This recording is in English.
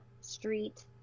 Street